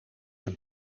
een